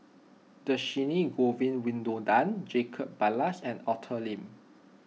Dhershini Govin Winodan Jacob Ballas and Arthur Lim